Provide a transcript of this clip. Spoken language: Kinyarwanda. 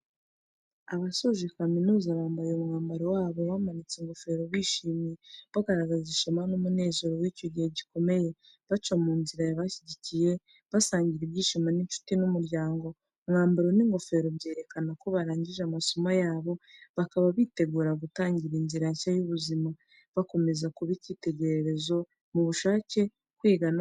Abasoje kaminuza bambaye umwambaro wabo bamanitse ingofero bishimye, bagaragaza ishema n’umunezero w’icyo gihe gikomeye. Baca mu nzira y’abashyigikiye, basangira ibyishimo n’incuti n’umuryango. Umwambaro n’ingofero byerekana ko barangije amasomo yabo, bakaba biteguye gutangira inzira nshya y’ubuzima, bakomeza kuba icyitegererezo mu bushake, kwiga no gukorera igihugu cyabo.